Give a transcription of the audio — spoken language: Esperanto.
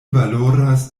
valoras